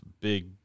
big